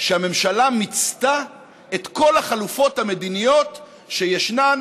שהממשלה מיצתה את כל החלופות המדיניות שישנן,